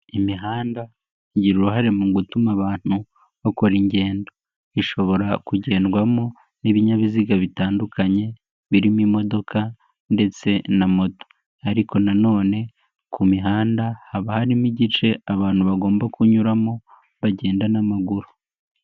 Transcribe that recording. Imihanda igira uruhare mu gutuma abantu bakora ingendo ishobora kugendwamo n'ibinyabiziga bitandukanye, birimo imodoka ndetse na moto, ariko nanone ku mihanda haba harimo igice abantu bagomba kunyuramo bagenda n'amaguru.